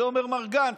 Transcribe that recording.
את זה אומר מר גנץ.